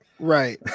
Right